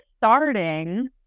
starting